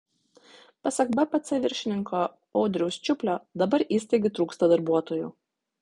pasak bpc viršininko audriaus čiuplio dabar įstaigai trūksta darbuotojų